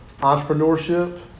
entrepreneurship